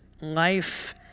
life